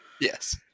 Yes